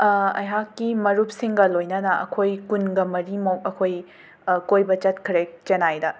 ꯑꯩꯍꯥꯛꯀꯤ ꯃꯔꯨꯞꯁꯤꯡꯒ ꯂꯣꯏꯅꯅ ꯑꯈꯣꯏ ꯀꯨꯟꯒ ꯃꯔꯤꯃꯨꯛ ꯑꯩꯈꯣꯏ ꯀꯣꯏꯕ ꯆꯠꯈ꯭ꯔꯦ ꯆꯦꯅꯥꯏꯗ